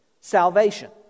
salvation